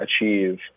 achieve